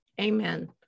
Amen